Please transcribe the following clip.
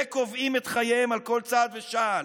וקובעים את חייהם על כל צעד ושעל?